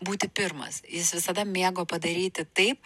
būti pirmas jis visada mėgo padaryti taip